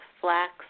flax